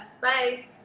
Bye